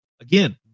again